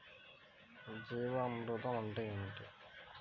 జీవామృతం అంటే ఏమిటి?